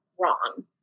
wrong